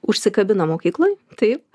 užsikabina mokykloj taip